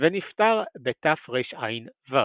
ונפטר בתרע"ו.